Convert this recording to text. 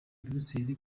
bruxelles